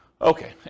Okay